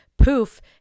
poof